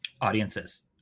audiences